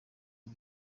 iki